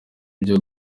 ibyo